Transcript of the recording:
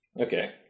okay